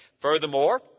Furthermore